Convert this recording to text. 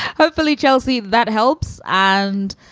hopefully, chelsea, that helps and